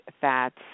fats